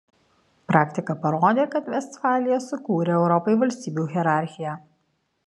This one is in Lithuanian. praktika parodė kad vestfalija sukūrė europai valstybių hierarchiją